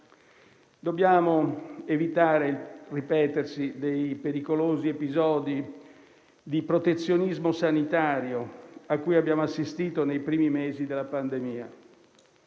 Dobbiamo evitare il ripetersi dei pericolosi episodi di protezionismo sanitario a cui abbiamo assistito nei primi mesi della pandemia.